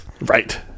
Right